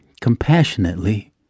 compassionately